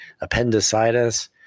appendicitis